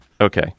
Okay